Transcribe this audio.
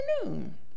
afternoon